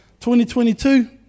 2022